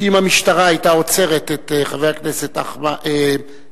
שאם המשטרה היתה עוצרת את חבר הכנסת בשארה,